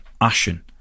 ashen